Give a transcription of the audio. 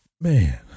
man